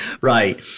Right